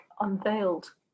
unveiled